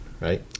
Right